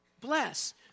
Bless